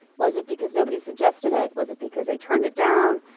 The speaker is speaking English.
was it because nobody suggested it? was it because they turned it down?